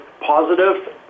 positive